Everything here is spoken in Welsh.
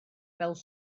fel